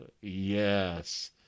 Yes